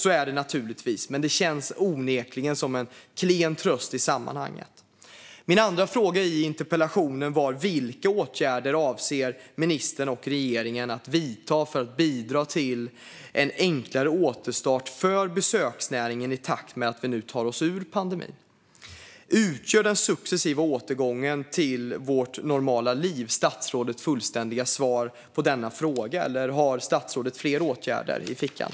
Så är det naturligtvis, men det känns onekligen som en klen tröst i sammanhanget. Min andra fråga i interpellationen var vilka åtgärder ministern och regeringen avser att vidta för att bidra till en enklare återstart för besöksnäringen i takt med att vi nu tar oss ur pandemin. Utgör den successiva återgången till våra normala liv statsrådets fullständiga svar på den frågan, eller har statsrådet fler åtgärder i fickan?